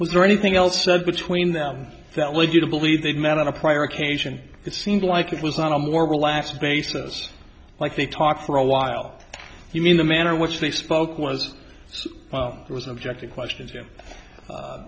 was there anything else said between them that led you to believe they met on a prior occasion it seemed like it was on a more relaxed basis like they talked for a while you mean the manner in which they spoke was it was an objective question